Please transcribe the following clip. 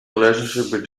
relationship